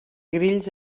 grills